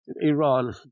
Iran